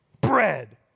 Bread